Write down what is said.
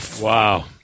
Wow